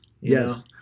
Yes